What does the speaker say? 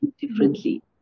differently